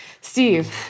Steve